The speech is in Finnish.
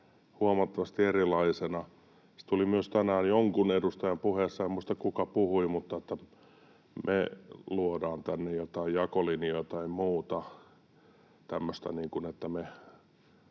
huomattavasti erilaisena. Se tuli myös tänään jonkun edustajan puheessa, en muista, kuka puhui, että me luodaan tänne jotain jakolinjoja tai muuta